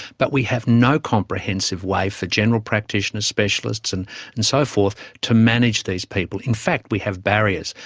but we have no comprehensive way for general practitioners, specialists and and so forth to manage these people. in fact we have barriers.